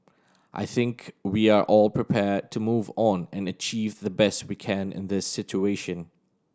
I think we are all prepared to move on and achieve the best we can in this situation